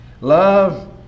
love